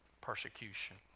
Persecution